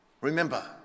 remember